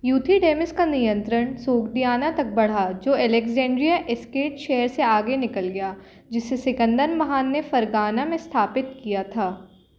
Euthydemus का नियंत्रण Sogdiana तक बढ़ा जो अलेक्जेंड्रिया एस्केट शहर से आगे निकल गया जिसे सिकंदर महान ने फरगाना में स्थापित किया था